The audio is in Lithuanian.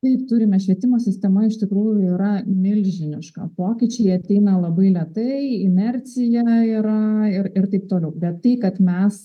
taip turime švietimo sistema iš tikrųjų yra milžiniška pokyčiai ateina labai lėtai inercija yra ir ir taip toliau bet tai kad mes